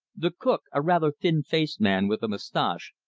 the cook, a rather thin-faced man with a mustache,